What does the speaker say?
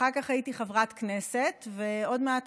אחר כך הייתי חברת כנסת, ועוד מעט